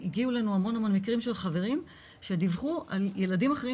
הגיעו אלינו המון מקרים של חברים שדיווחו על ילדים אחרים